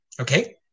okay